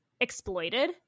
exploited